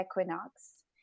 Equinox